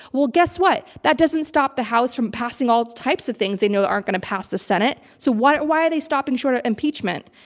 well, guess what? that doesn't stop the house from passing all types of things they know aren't going to pass the senate. so why? why are they stopping short of impeachment?